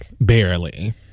Barely